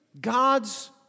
God's